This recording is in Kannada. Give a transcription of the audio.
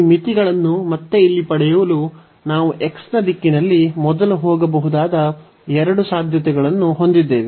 ಈ ಮಿತಿಗಳನ್ನು ಮತ್ತೆ ಇಲ್ಲಿ ಪಡೆಯಲು ನಾವು x ನ ದಿಕ್ಕಿನಲ್ಲಿ ಮೊದಲು ಹೋಗಬಹುದಾದ ಎರಡೂ ಸಾಧ್ಯತೆಗಳನ್ನು ಹೊಂದಿದ್ದೇವೆ